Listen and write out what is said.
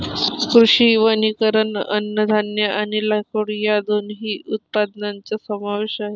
कृषी वनीकरण अन्नधान्य आणि लाकूड या दोन्ही उत्पादनांचा समावेश आहे